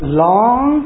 long